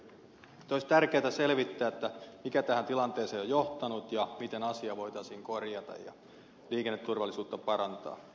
nyt olisi tärkeätä selvittää mikä tähän tilanteeseen on johtanut ja miten asia voitaisiin korjata ja liikenneturvallisuutta parantaa